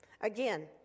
Again